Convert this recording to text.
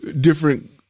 different